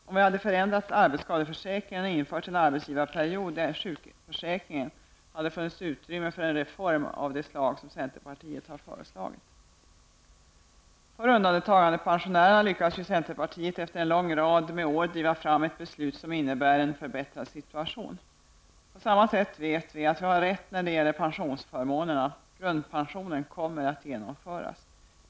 Om vi hade förändrat arbetsskadeförsäkringen och infört en arbetsgivarperiod i sjukförsäkringen, hade det funnits utrymme för en reform av den typ som centerpartiet har föreslagit. För undantagandepensionärerna lyckades ju centerpartiet efter många år driva fram ett beslut som innebär en förbättrad situation. Vi vet att vi har rätt också när det gäller pensionsförmånerna. Grundpensionen kommer att bli verklighet.